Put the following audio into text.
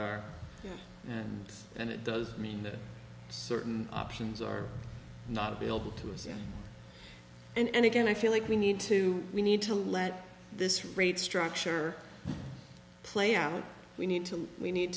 are and it does mean that certain options are not available to us and again i feel like we need to we need to let this rate structure play out we need to we need